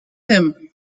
him